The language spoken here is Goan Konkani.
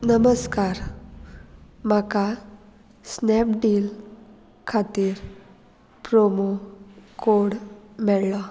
नमस्कार म्हाका स्नॅपडील खातीर प्रोमो कोड मेळ्ळो